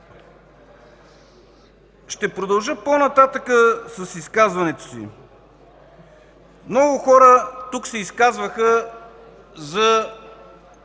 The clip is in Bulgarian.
Ще продължа по-нататък с изказването си. Много хора се изказаха тук